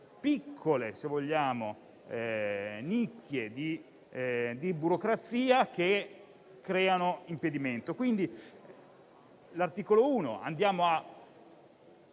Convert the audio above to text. piccole nicchie di burocrazia che creano impedimento. Con l'articolo 1 offriamo,